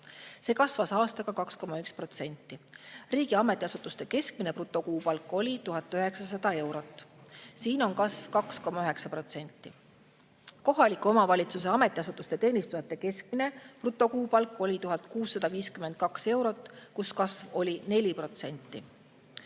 See kasvas aastaga 2,1%. Riigi ametiasutuste keskmine brutokuupalk oli 1900 eurot ja siin on kasv olnud 2,9%. Kohaliku omavalitsuse ametiasutuste teenistujate keskmine brutokuupalk oli 1652 eurot, kasv oli 4%.